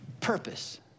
purpose